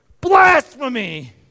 Blasphemy